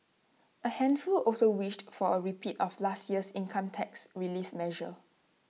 A handful also wished for A repeat of last year's income tax relief measure